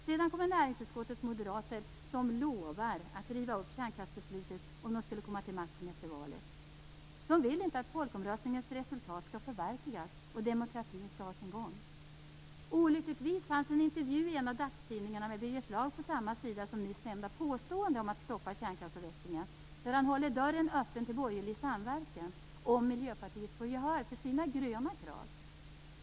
Sedan kommer näringsutskottets moderater som "lovar" att riva upp kärnkraftsbeslutet, om de skulle komma till makten efter valet. De vill inte att folkomröstningens resultat skall förverkligas och att demokratin skall ha sin gång. Olyckligtvis fanns det en intervju i en av dagstidningarna med Birger Schlaug på samma sida som nyss nämnda påstående om att stoppa kärnkraftsavvecklingen. I Intervjun håller Birger Schlaug dörren öppen för borgerlig samverkan, om Miljöpartiet får gehör för sina gröna krav.